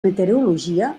meteorologia